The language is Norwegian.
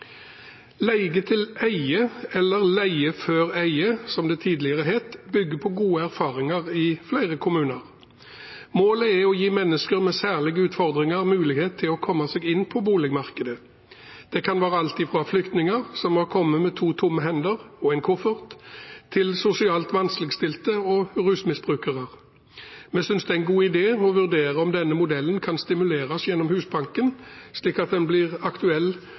på dette. Leie-til-eie eller leie-før-eie, som det tidligere het, bygger på gode erfaringer i flere kommuner. Målet er å gi mennesker med særlige utfordringer mulighet til å komme seg inn på boligmarkedet. Det kan være alt fra flyktninger, som har kommet med to tomme hender og en koffert, til sosialt vanskeligstilte og rusmisbrukere. Vi synes det er en god idé å vurdere om denne modellen kan stimuleres gjennom Husbanken, slik at den blir aktuell